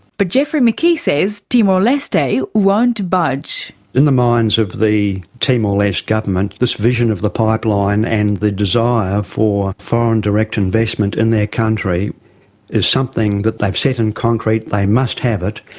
but geoffrey mckee says timor-leste won't budge. in the minds of the timor-leste government, this vision of the pipeline and the desire for foreign direct investment in their country is something that they've set in concrete they must have it.